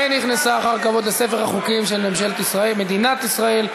ונכנסה אחר כבוד לספר החוקים של מדינת ישראל.